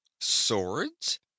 Swords